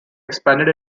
expanded